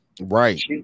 right